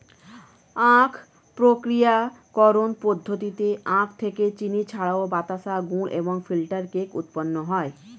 আখ প্রক্রিয়াকরণ পদ্ধতিতে আখ থেকে চিনি ছাড়াও বাতাসা, গুড় এবং ফিল্টার কেক উৎপন্ন হয়